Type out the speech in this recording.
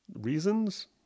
reasons